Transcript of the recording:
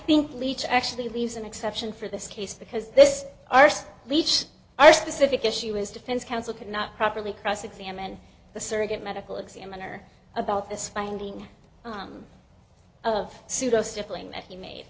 think leetch actually leaves an exception for this case because this arse leads are specific issue his defense counsel cannot properly cross examine the surrogate medical examiner about this finding on of pseudo stippling that he made